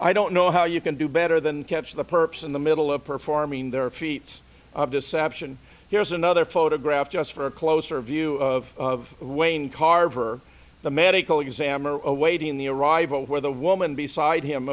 i don't know how you can do better than catch the perps in the middle of performing their feet of deception here's another photograph just for a closer view of wayne carver the medical examiner awaiting the arrival where the woman beside him